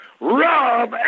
Rob